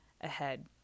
ahead